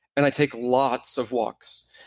and i take lots of walks.